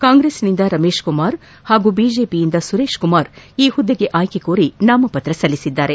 ಕಾಂಗ್ರೆಸ್ನಿಂದ ರಮೇಶ್ ಕುಮಾರ್ ಹಾಗೂ ಬಿಜೆಪಿಯಿಂದ ಸುರೇಶ್ ಕುಮಾರ್ ಈ ಹುದ್ದೆಗೆ ಆಯ್ಲಿ ಕೋರಿ ನಾಮಪತ್ರ ಸಲ್ಲಿಸಿದ್ದಾರೆ